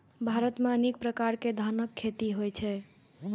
भारत मे अनेक प्रकार के धानक खेती होइ छै